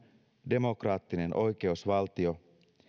demokraattinen oikeusvaltio